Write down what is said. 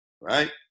right